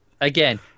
Again